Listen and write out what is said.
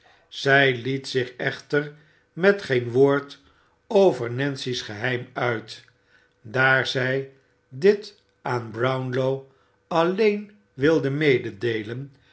zij liet zich echter met geen woord over nancy's geheim uit daar zij dit aan brownlow alleen wi de mededeelen